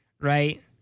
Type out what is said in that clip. right